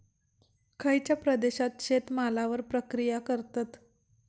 खयच्या देशात शेतमालावर प्रक्रिया करतत?